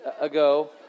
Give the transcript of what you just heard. ago